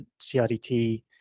CRDT